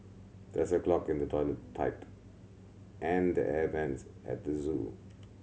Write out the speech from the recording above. there is a clog in the toilet pipe and the air vents at the zoo